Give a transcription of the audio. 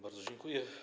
Bardzo dziękuję.